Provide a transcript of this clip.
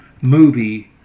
movie